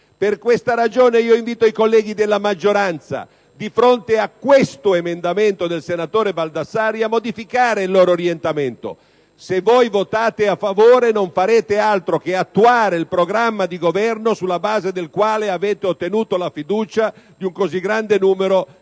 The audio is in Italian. Per questa ragione, invito i colleghi della maggioranza, di fronte all'emendamento 3.0.9 (testo 2) del senatore Baldassarri, a modificare il loro orientamento: colleghi, se voterete a favore, non farete altro che attuare il programma di Governo sulla base del quale avete ottenuto la fiducia di un così grande numero di elettori